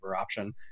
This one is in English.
option